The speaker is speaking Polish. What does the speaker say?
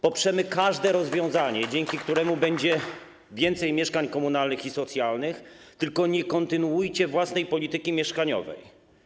Poprzemy każde rozwiązanie, dzięki któremu będzie więcej mieszkań komunalnych i socjalnych, tylko nie kontynuujcie własnej polityki mieszkaniowej.